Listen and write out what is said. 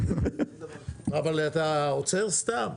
אבל אתה עוצר סתם.